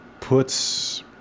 puts